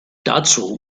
dazu